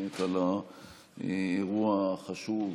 על האירוע החשוב,